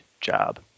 job